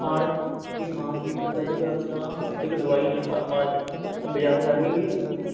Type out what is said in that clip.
ਖਾਣ ਤੁਸੀਂ ਖਾਣ ਪੀਣ ਦਾ ਪਹਿਲੀ ਗੱਲ ਤਾਂ ਦੇਖੋ ਦਵਾਈਆਂ ਮਾ ਮਾਰਕੀਟ ਬਜ਼ਾਰੋਂ ਜਾ ਕੇ